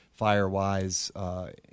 Firewise